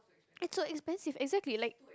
it's so expensive exactly like